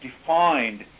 defined